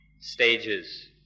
stages